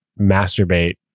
masturbate